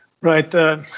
Right